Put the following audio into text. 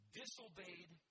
disobeyed